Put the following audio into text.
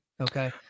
Okay